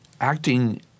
acting